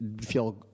feel